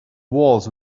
walls